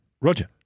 Roger